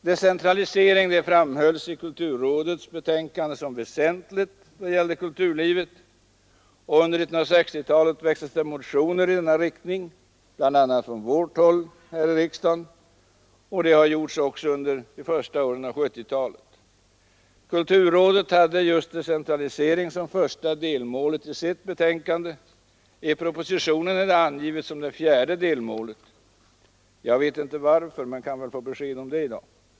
Decentralisering framhölls i kulturrådets betänkande som väsentlig då det gällde kulturlivet. Under 1960-talet väcktes det motioner i denna riktning, bl.a. från vårt håll, och det har gjorts också under de första åren av 1970-talet. Kulturrådet hade just decentralisering som det första delmålet i sitt betänkande. I propositionen är decentralisering angiven som det fjärde delmålet. Jag vet inte varför, men kan väl få besked om det i dag.